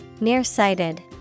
Nearsighted